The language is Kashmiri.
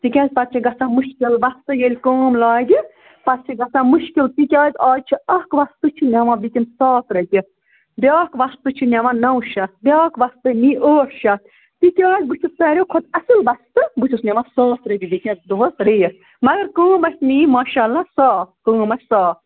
تِکیٛازِ پَتہٕ چھِ گژھان مُشکِل وستہٕ ییٚلہِ کٲم لاگہِ پَتہٕ چھِ گژھان مُشکِل تِکیٛازِ اَز چھِ اَکھ وستہٕ چھِ نِوان وُنکٮ۪ن ساس رۄپیہِ بیٛاکھ وستہٕ چھُ نِوان نَو شَتھ بیٛاکھ وَستہٕ نی ٲٹھ شَتھ تِکیٛازِ بہٕ چھُس سارِوٕے کھۄتہٕ اَصٕل وستہٕ بہٕ چھُس نِوان ساس رۄپیہِ وُنکٮ۪س دۄہَس ریِٹ مگر کٲم آسہِ میٛٲنۍ ماشااللہ صاف کٲم آسہِ صاف